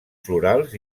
florals